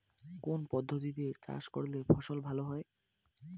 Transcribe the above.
কোন পদ্ধতিতে চাষ করলে ফসল ভালো হয়?